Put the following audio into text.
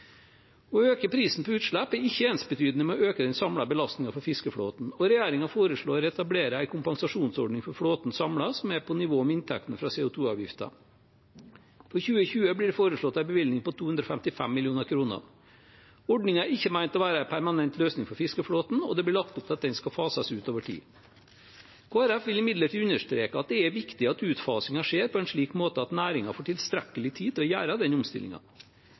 Å øke prisen på utslipp er ikke ensbetydende med å øke den samlede belastningen for fiskeflåten, og regjeringen foreslår å etablere en kompensasjonsordning for flåten samlet som er på nivå med inntektene fra CO 2 -avgiften. For 2020 blir det foreslått en bevilgning på 255 mill. kr. Ordningen er ikke ment å være en permanent løsning for fiskeflåten, og det blir lagt opp til at den skal fases ut over tid. Kristelig Folkeparti vil imidlertid understreke at det er viktig at utfasingen skjer på en slik måte at næringen får tilstrekkelig tid til å gjøre den